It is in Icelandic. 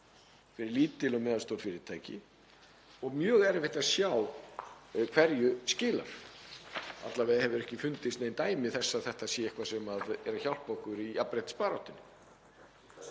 fyrir lítil og meðalstór fyrirtæki og mjög erfitt að sjá hverju skilar. Alla vega hafa ekki fundist nein dæmi þess að þetta sé eitthvað sem er að hjálpa okkur í jafnréttisbaráttunni.